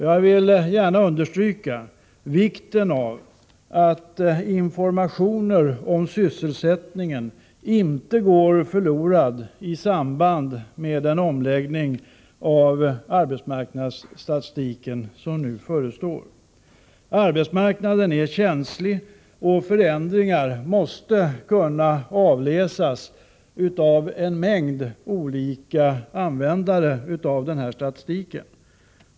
Jag vill gärna understryka vikten av att informationer om sysselsättningen inte går förlorade i samband med den omläggning av arbetsmarknadsstatistiken som nu förestår. Arbetsmarknaden är känslig, och förändringar måste kunna avläsas av en mängd olika användare av denna statistik.